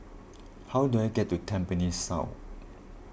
how do I get to Tampines South